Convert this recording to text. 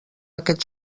aquest